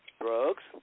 drugs